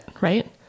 right